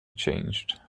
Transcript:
changed